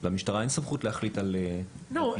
למשטרה אין סמכות להחליט על --- לא,